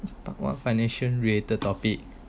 part one financial related topic